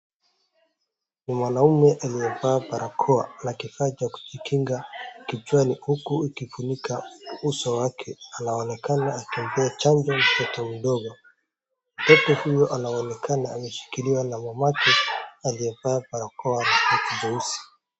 Ni mwanaume aliyevaa barakoa na kifaa cha kujikinga kichwani huku akifunika uso wake anaonekana akimpea chanjo mtoto mdogo. Mtoto huyo anaonekana ameshikiliwa na mamake aliyevaa barakoa na koti jeusi.